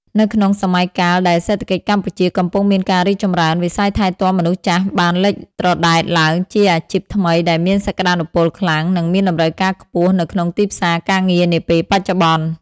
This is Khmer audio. នៅក្នុងសម័យកាលដែលសេដ្ឋកិច្ចកម្ពុជាកំពុងមានការរីកចម្រើន វិស័យថែទាំមនុស្សចាស់បានលេចត្រដែតឡើងជាអាជីពថ្មីដែលមានសក្តានុពលខ្លាំង និងមានតម្រូវការខ្ពស់នៅក្នុងទីផ្សារការងារនាពេលបច្ចុប្បន្ន។